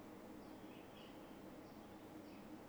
you'll find on Telegram [one] ah